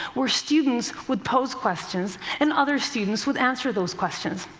where students would pose questions, and other students would answer those questions.